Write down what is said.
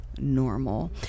normal